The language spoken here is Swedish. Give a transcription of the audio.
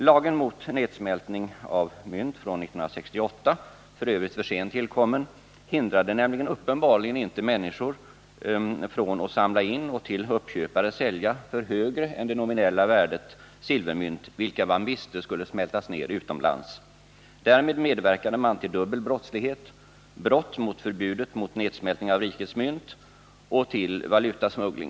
Lagen mot nedsmältning av mynt från 1968 — f. ö. för sent tillkommen — hindrade uppenbarligen inte människor från att samla in och till uppköpare sälja silvermynt för högre pris än det nominella värdet, silvermynt som man visste skulle smältas ned utomlands. Därmed medverkade man till en dubbel brottslighet: brott mot förbudet mot nedsmältning av rikets mynt och valutasmuggling.